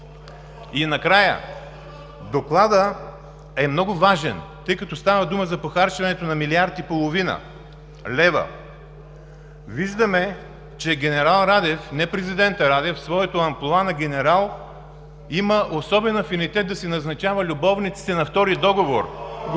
Накрая, докладът е много важен, тъй като става дума за похарчването на милиард и половина лева. Виждаме, че генерал Радев, не президентът Радев, в своето амплоа на генерал, има особен афинитет да си назначава любовниците на втори договор… (Бурна